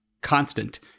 constant